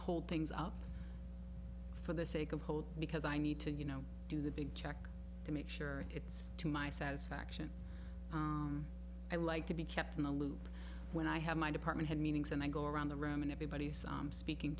hold things out for the sake of hold because i need to you know do the big check to make sure it's to my satisfaction i like to be kept in the loop when i have my department had meetings and i go around the room and everybody is speaking